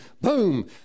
boom